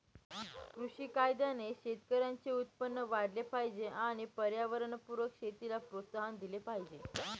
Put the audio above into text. कृषी कायद्याने शेतकऱ्यांचे उत्पन्न वाढले पाहिजे आणि पर्यावरणपूरक शेतीला प्रोत्साहन दिले पाहिजे